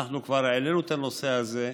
אנחנו כבר העלינו את הנושא הזה,